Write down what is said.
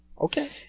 Okay